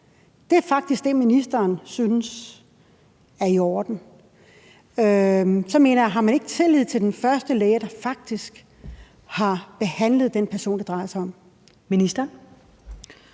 Det er faktisk det, ministeren synes er i orden. Jeg mener: Har man ikke tillid til den første læge, der faktisk har behandlet den person, det drejer sig om?